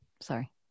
Sorry